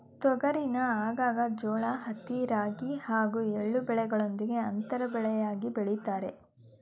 ತೊಗರಿನ ಆಗಾಗ ಜೋಳ ಹತ್ತಿ ರಾಗಿ ಹಾಗೂ ಎಳ್ಳು ಬೆಳೆಗಳೊಂದಿಗೆ ಅಂತರ ಬೆಳೆಯಾಗಿ ಬೆಳಿತಾರೆ